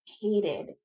hated